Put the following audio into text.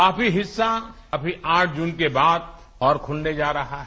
काफी हिस्सा अभी आठ जून के बाद और खुलने जा रहा है